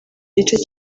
gice